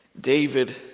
David